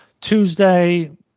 Tuesday